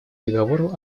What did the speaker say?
договору